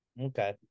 Okay